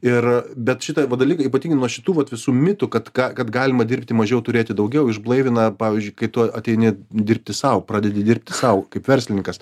ir bet šita dalykai ypatingai nuo šitų vat visų mitų kad ką kad galima dirbti mažiau turėti daugiau išblaivina pavyzdžiui kai tu ateini dirbti sau pradedi dirbti sau kaip verslininkas